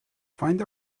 find